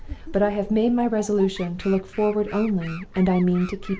but i have made my resolution to look forward only, and i mean to keep it.